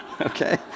Okay